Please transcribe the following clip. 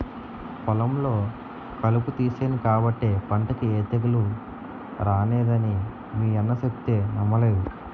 పొలంలో కలుపు తీసేను కాబట్టే పంటకి ఏ తెగులూ రానేదని మీ అన్న సెప్తే నమ్మలేదు